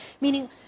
meaning